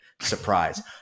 surprise